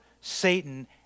Satan